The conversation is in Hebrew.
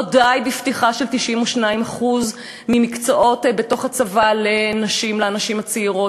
לא די בפתיחה של 92% מהמקצועות בתוך הצבא לנשים הצעירות.